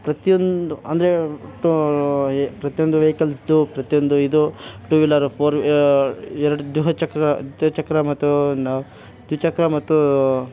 ಪ್ರತಿಯೊಂದು ಅಂದರೆ ಈ ಪ್ರತಿಯೊಂದು ವೆಯ್ಕಲ್ಸ್ದು ಪ್ರತಿಯೊಂದು ಇದು ಟೂ ವೀಲರು ಫೋರ್ ವೀ ಎರಡು ದ್ವಿಹ ಚಕ್ರ ದ್ವಿಚಕ್ರ ಮತ್ತು ನಾ ದ್ವಿಚಕ್ರ ಮತ್ತು